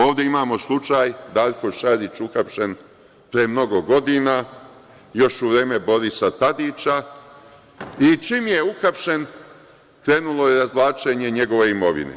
Ovde imamo slučaj Darko Šarić uhapšen pre mnogo godina, još u vreme Borisa Tadića i čim je uhapšen krenulo je o razvlačenju njegove imovine.